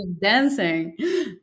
dancing